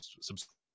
subscribe